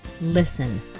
listen